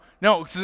No